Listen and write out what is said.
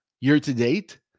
year-to-date